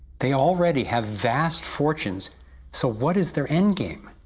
they already have vast fortunes so what is their endgame?